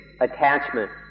attachment